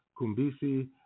Kumbisi